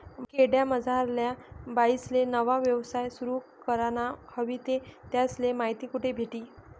खेडामझारल्या बाईसले नवा यवसाय सुरु कराना व्हयी ते त्यासले माहिती कोठे भेटी?